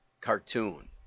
cartoon